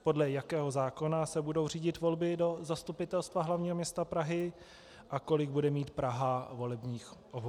Podle jakého zákona se budou řídit volby do Zastupitelstva hlavního města Prahy a kolik bude mít Praha volebních obvodů.